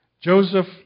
Joseph